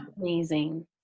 amazing